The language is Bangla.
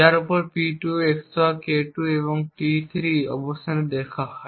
যার উপর P2 XOR K2 এবং T3 অবস্থানে দেখা হয়